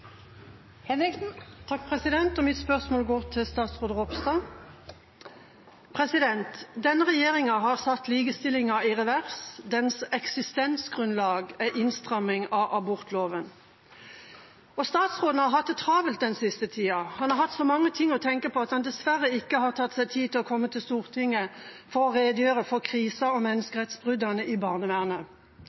Mitt spørsmål går til statsråd Ropstad. Denne regjeringa har satt likestillingen i revers. Dens eksistensgrunnlag er innstramming av abortloven. Statsråden har hatt det travelt den siste tida. Han har hatt så mange ting å tenke på at han dessverre ikke har tatt seg tid til å komme til Stortinget for å redegjøre for krisen og menneskerettsbruddene i barnevernet.